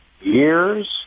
years